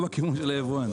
לא בכיוון של היבואן.